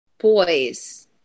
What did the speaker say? boys